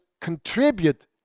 contribute